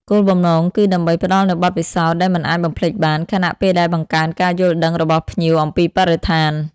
គោលបំណងគឺដើម្បីផ្តល់នូវបទពិសោធន៍ដែលមិនអាចបំភ្លេចបាន ខណៈពេលដែលបង្កើនការយល់ដឹងរបស់ភ្ញៀវអំពីបរិស្ថាន។